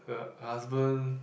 her husband